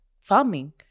Farming